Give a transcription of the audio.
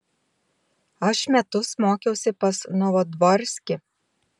aš metus mokiausi pas novodvorskį